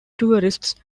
tourists